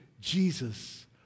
Jesus